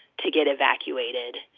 to get evacuated.